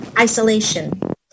isolation